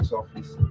office